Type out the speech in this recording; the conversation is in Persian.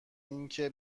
اینکه